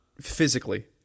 physically